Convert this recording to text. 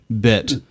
bit